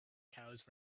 cows